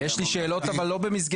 יש לי שאלות לא במסגרת